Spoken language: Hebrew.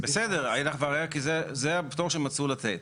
בסדר, אין אח ורע כי זה הפטור שמצאו לתת.